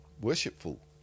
worshipful